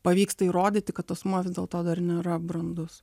pavyksta įrodyti kad asmuo vis dėlto dar nėra brandus